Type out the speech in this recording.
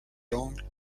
langues